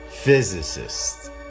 physicists